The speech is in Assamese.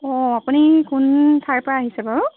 অঁ আপুনি কোন ঠাইৰ পৰা আহিছে বাৰু